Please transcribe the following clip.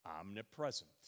omnipresent